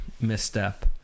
misstep